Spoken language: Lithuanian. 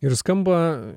ir skamba